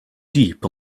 deep